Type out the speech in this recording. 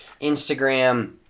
Instagram